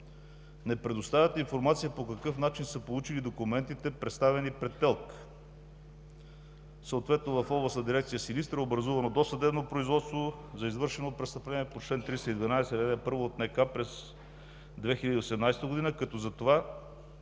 Не предоставят информация по какъв начин са получили документите, представени пред ТЕЛК. Съответно в Областна дирекция Силистра е образувано досъдебно производство за извършено престъпление по чл. 312, ал. 1 от НК през 2018 г. за това,